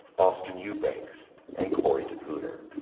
austin eubanks and corey depooter,